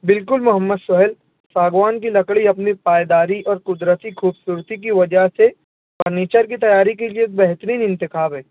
بالکل محمد سہیل ساگوان کی لکڑی اپنی پائیداری اور قدرتی خوبصورتی کی وجہ سے فرنیچر کی تیاری کے لیے بہترین انتخاب ہے